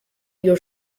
your